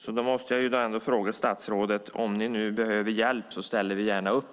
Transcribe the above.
Därför vill jag säga till statsrådet att om ni behöver hjälp ställer vi gärna upp.